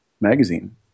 magazine